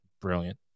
Brilliant